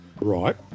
Right